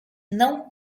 não